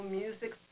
music